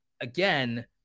again